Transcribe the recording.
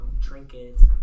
Trinkets